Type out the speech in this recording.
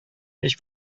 һич